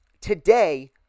today